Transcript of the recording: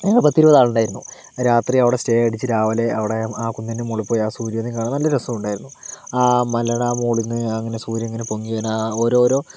ഞങ്ങൾ പത്തിരുപത് ആൾ ഉണ്ടായിരുന്നു രാത്രി അവിടെ സ്റ്റേ അടിച്ച് രാവിലെ അവിടെ ആ കുന്നിന്റെ മുകളിൽ പോയി ആ സൂര്യനെ കാണാൻ നല്ല രസമുണ്ടായിരുന്നു ആ മലയുടെ ആ മുകളിൽ നിന്ന് അങ്ങനെ സൂര്യൻ ഇങ്ങനെ പൊങ്ങിവരുന്ന ആ ഓരോരോ